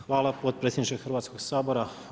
Hvala potpredsjedniče Hrvatskog sabora.